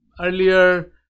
earlier